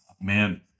man